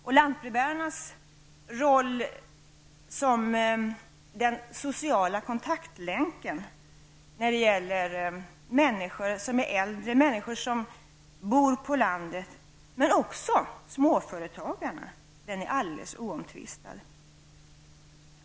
Och lantbrevbärarnas roll som den sociala kontaktlänken när det gäller människor som är äldre och människor som bor på landet men också när det gäller småföretagarna är alldeles oomtvistad.